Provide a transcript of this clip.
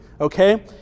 okay